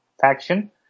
faction